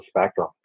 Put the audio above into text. spectrum